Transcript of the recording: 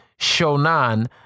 Shonan